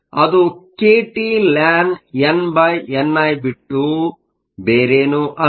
ಅದು kT ln nni ಬಿಟ್ಟು ಬೇರೆನು ಅಲ್ಲ